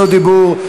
לדיור (הוראת שעה) (תיקון מס' 3),